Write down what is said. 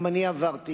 גם אני עברתי,